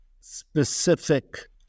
specific